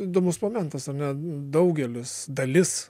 įdomus momentas ar ne daugelis dalis